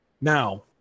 Now